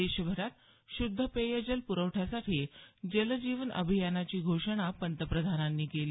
देशभरात शुद्ध पेयजल प्रवठ्यासाठी जलजीवन अभियानाची घोषणा पंतप्रधानांनी केली